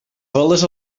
veles